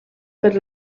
per